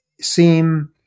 seem